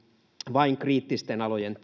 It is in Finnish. vain kriittisten alojen